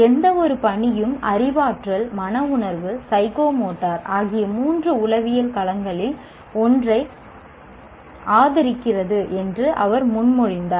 எந்தவொரு பணியும் அறிவாற்றல் மன உணர்வு ஸைக்கோ மோட்டார் ஆகிய மூன்று உளவியல் களங்களில் ஒன்றை ஆதரிக்கிறது என்று அவர் முன்மொழிந்தார்